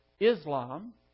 Islam